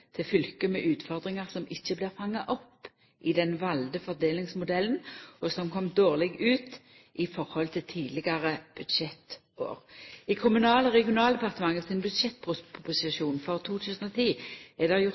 fylke med utfordringar som ikkje blir fanga opp i den valde fordelingsmodellen, og som kom dårleg ut i høve til tidlegare budsjettår. I Kommunal- og regionaldepartementet sin budsjettproposisjon for 2010 er det